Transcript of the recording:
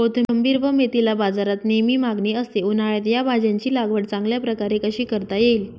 कोथिंबिर व मेथीला बाजारात नेहमी मागणी असते, उन्हाळ्यात या भाज्यांची लागवड चांगल्या प्रकारे कशी करता येईल?